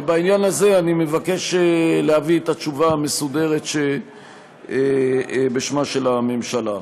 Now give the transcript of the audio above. בעניין הזה אני מבקש להביא את התשובה המסודרת בשמה של הממשלה.